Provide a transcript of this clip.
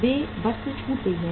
वे bus से छूट गए हैं